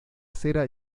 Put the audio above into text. cera